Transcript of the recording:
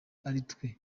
aritwe